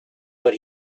but